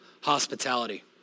hospitality